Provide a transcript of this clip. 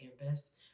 campus